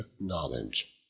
knowledge